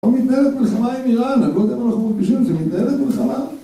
לא מתנהלת מלחמה עם איראן, אני לא יודע אם אנחנו מרגישים את זה, מתנהלת מלחמה?